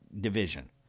division